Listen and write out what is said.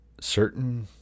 certain